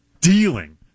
dealing